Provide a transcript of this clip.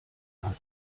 hat